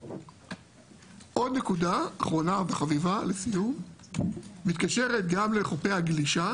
עוד נקודה אחרונה חביבה לסיום מתקשרת גם לחופי הגלישה